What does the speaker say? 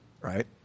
right